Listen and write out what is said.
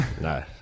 No